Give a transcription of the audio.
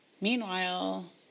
Meanwhile